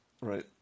right